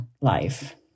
life